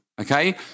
okay